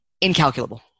incalculable